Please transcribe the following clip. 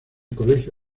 colegio